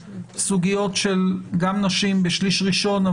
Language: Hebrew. סוגיות של גם נשים בשליש ראשון,